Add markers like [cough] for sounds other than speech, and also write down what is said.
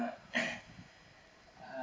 [coughs]